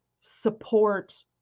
support